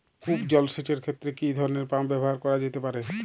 কূপ জলসেচ এর ক্ষেত্রে কি ধরনের পাম্প ব্যবহার করা যেতে পারে?